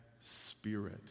spirit